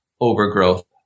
overgrowth